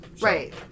Right